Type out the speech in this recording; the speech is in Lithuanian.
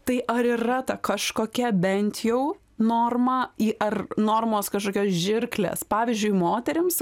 tai ar yra ta kažkokia bent jau norma į ar normos kažkokios žirklės pavyzdžiui moterims